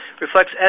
reflects